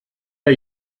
der